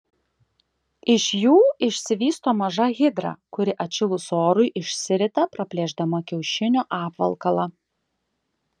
iš jų išsivysto maža hidra kuri atšilus orui išsirita praplėšdama kiaušinio apvalkalą